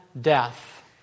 death